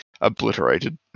obliterated